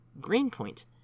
Greenpoint